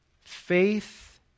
faith